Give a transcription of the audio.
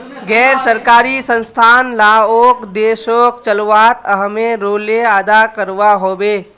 गैर सरकारी संस्थान लाओक देशोक चलवात अहम् रोले अदा करवा होबे